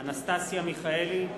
אנסטסיה מיכאלי,